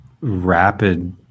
rapid